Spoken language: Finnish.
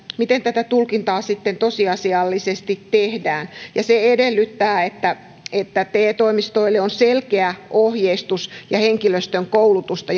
miten tätä tulkintaa sitten tosiasiallisesti tehdään ja edellyttää että että te toimistoille on selkeä ohjeistus ja henkilöstön koulutusta